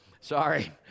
sorry